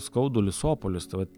skaudulius sopulius tai vat